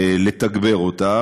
לתגבר אותה,